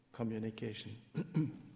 communication